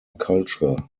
culture